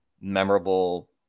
memorable